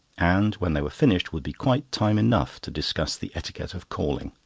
and when they were finished would be quite time enough to discuss the etiquette of calling.